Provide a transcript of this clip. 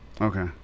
Okay